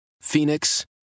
Phoenix